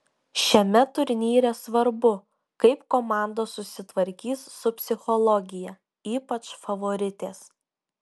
šiame turnyre svarbu kaip komandos susitvarkys su psichologija ypač favoritės